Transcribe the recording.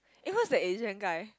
eh who's the Asian guy